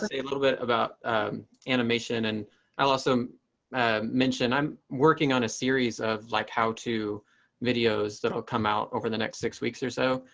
a little bit about animation. and i'll also mentioned i'm working on a series of like how to videos that will come out over the next six weeks or so.